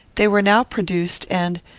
they were now produced, and,